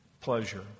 pleasure